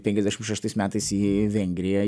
penkiasdešim šeštais metais į vengriją